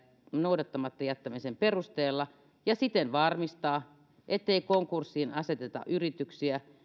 noudattamatta jättämisen perusteella ja siten varmistaa ettei konkurssiin aseteta yrityksiä